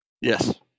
Yes